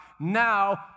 now